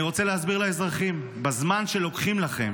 אני רוצה להסביר לאזרחים: בזמן שלוקחים לכם